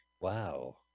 Wow